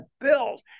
bills